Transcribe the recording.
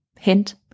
hint